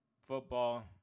Football